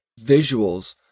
visuals